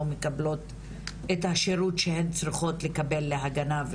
מקבלות את השירות שהן צריכות לקבל להגנה,